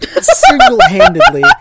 single-handedly